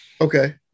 Okay